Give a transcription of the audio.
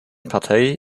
partei